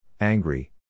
angry